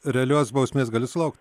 realios bausmės gali sulaukt